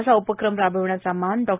असा उपक्रम राबविण्याचा मान डॉ